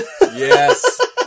Yes